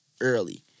early